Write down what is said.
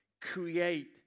create